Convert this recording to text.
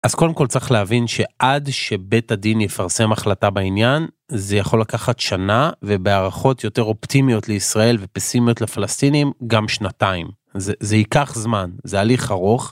אז קודם כל צריך להבין שעד שבית הדין יפרסם החלטה בעניין, זה יכול לקחת שנה, ובהערכות יותר אופטימיות לישראל ופסימיות לפלסטינים, גם שנתיים. זה ייקח זמן, זה הליך ארוך.